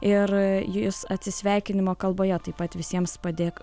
ir jis atsisveikinimo kalboje taip pat visiems padėk